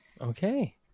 Okay